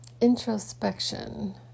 introspection